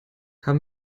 haben